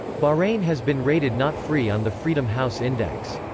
bahrain has been rated not free on the freedom house index.